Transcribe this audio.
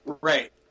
Right